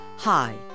Hi